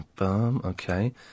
Okay